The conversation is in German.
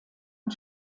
und